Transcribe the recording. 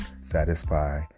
satisfy